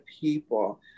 people